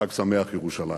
חג שמח, ירושלים.